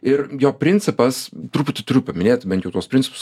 ir jo principas truputį turiu paminėt bent jau tuos principus